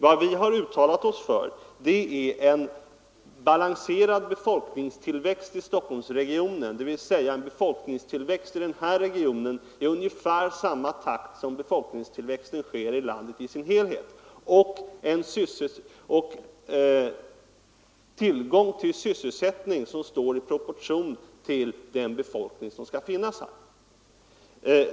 Vad vi har uttalat oss för är en balanserad befolkningstillväxt i Stockholmsregionen — en befolkningstillväxt som sker i ungefär samma takt som befolkningstillväxten i landet i dess helhet — och tillgång till sysselsättning som står i proportion till den befolkning som skall finnas här.